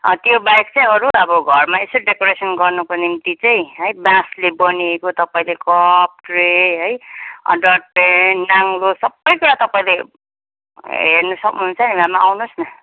त्यो बाहेक चाहिँ अरू अब घरमा यसो डेकोरेसन गर्नुको निम्ति चाहिँ है बाँसले बनिएको तपाईँले कप ट्रे है अन्त पेन नाङ्लो सबै कुरा तपाईँले हेर्न सक्नुहुन्छ नि मामा आउनुहोस् न